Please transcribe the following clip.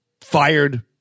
fired